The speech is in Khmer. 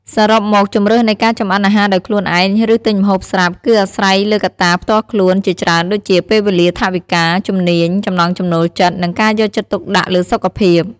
សរុបមក ជម្រើសនៃការចម្អិនអាហារដោយខ្លួនឯង ឬទិញម្ហូបស្រាប់ គឺអាស្រ័យលើកត្តាផ្ទាល់ខ្លួនជាច្រើនដូចជា ពេលវេលា ថវិកា ជំនាញ ចំណង់ចំណូលចិត្ត និងការយកចិត្តទុកដាក់លើសុខភាព។